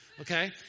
okay